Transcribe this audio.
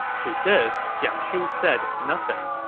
to this, jiang shu said nothing.